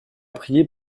prié